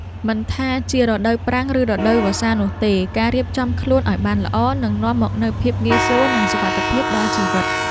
មិនថាជារដូវប្រាំង ឬរដូវវស្សានោះទេ ការរៀបចំខ្លួនឱ្យបានល្អនឹងនាំមកនូវភាពងាយស្រួល និងសុវត្ថិភាពដល់ជីវិត។